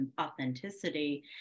authenticity